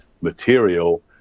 material